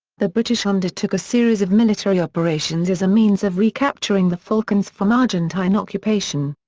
the british undertook a series of military operations as a means of recapturing the falkands from argentine occupation.